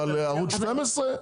אבל ערוץ 12 נהיה,